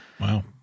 Wow